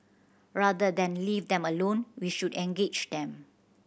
rather than leave them alone we should engage them